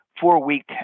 four-week